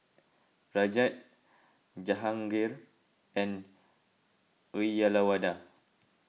Rajat Jahangir and Uyyalawada